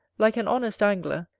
like an honest angler,